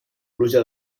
pluja